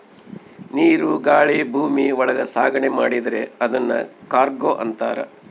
ನೀರು ಗಾಳಿ ಭೂಮಿ ಒಳಗ ಸಾಗಣೆ ಮಾಡಿದ್ರೆ ಅದುನ್ ಕಾರ್ಗೋ ಅಂತಾರ